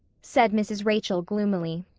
said mrs. rachel gloomily,